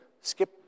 skip